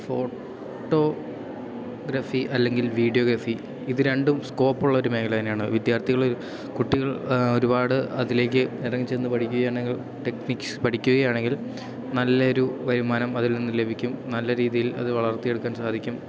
photography അല്ലെങ്കിൽ videography ഇത് രണ്ടും സ്കോപ്പുള്ളൊരു മേഖല തന്നെയാണ് വിദ്യാർത്ഥികളിൽ കുട്ടികൾ ഒരുപാട് അതിലേക്ക് ഇറങ്ങിച്ചെന്നു പഠിക്കുകയാണെങ്കിൽ ടെക്നിക്സ് പഠിക്കുകയാണെങ്കിൽ നല്ലൊരു വരുമാനം അതിൽ നിന്നു ലഭിക്കും നല്ല രീതിയിൽ അത് വളർത്തിയെടുക്കാൻ സാധിക്കും